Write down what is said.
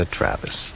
Travis